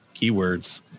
keywords